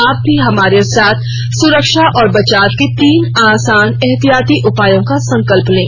आप भी हमारे साथ सुरक्षा और बचाव के तीन आसान एहतियाती उपायों का संकल्प लें